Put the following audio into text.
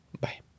Bye